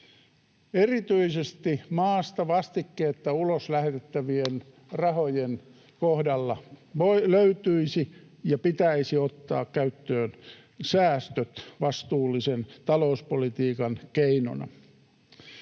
Erityisesti maasta vastikkeetta ulos lähetettävien rahojen kohdalla pitäisi ottaa käyttöön säästöt vastuullisen talouspolitiikan keinona.